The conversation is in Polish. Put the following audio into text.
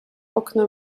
okno